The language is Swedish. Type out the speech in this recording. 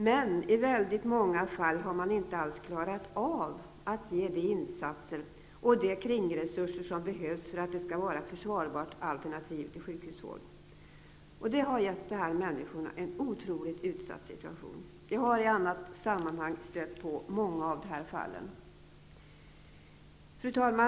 Men i väldigt många fall har man inte alls klarat av att göra de insatser och ge de kringresurser som behövs för att det skall vara ett försvarbart alternativ till sjukhusvård, och det har gett de här människorna en otroligt utsatt situation. Jag har i annat sammanhang stött på många av de fallen. Fru talman!